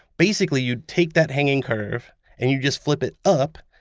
basically, you take that hanging curve and you just flip it up,